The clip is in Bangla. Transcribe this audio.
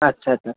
আচ্ছা আচ্ছা